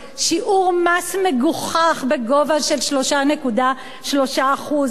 שיעור מס מגוחך בגובה של 3.3%. אנחנו